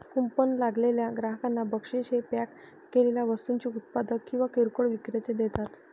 coupon लागलेल्या ग्राहकांना बक्षीस हे पॅक केलेल्या वस्तूंचे उत्पादक किंवा किरकोळ विक्रेते देतात